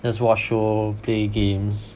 just watch show play games